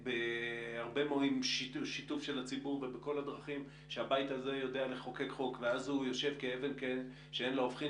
ובהרבה שיתוף עם הציבור ואז הוא יושב כאבן שאין לה הופכין